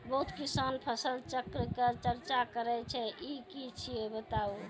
बहुत किसान फसल चक्रक चर्चा करै छै ई की छियै बताऊ?